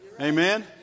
Amen